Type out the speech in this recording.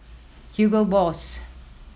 Hugo Boss